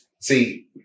See